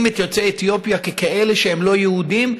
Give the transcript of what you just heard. את יוצאי אתיופיה ככאלה שהם לא יהודים,